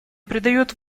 придает